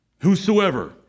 Whosoever